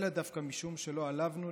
אלא דווקא משום שלא עלבנו,